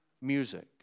music